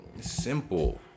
Simple